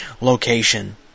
location